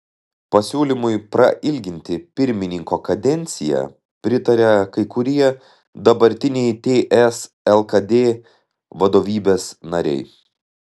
pasiūlymui prailginti pirmininko kadenciją pritaria kai kurie dabartiniai ts lkd vadovybės nariai